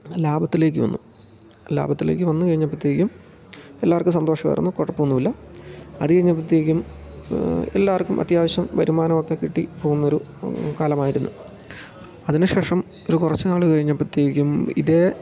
ലാഭത്തിലേക്ക് വന്നു ലാഭത്തിലേക്ക് വന്നു കഴിഞ്ഞപ്പോഴത്തേക്കും എല്ലാവർക്കും സന്തോഷമായിരുന്നു കുഴപ്പമൊന്നുമില്ല അതു കഴിഞ്ഞപ്പോഴത്തേക്കും എല്ലാവർക്കും അത്യാവശ്യം വരുമാനമൊക്കെ കിട്ടി പോകുന്നൊരു കാലമായിരുന്നു അതിനുശേഷം ഒരു കുറച്ചുനാൾ കഴിഞ്ഞപ്പോഴത്തേക്കും ഇതേ